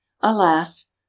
alas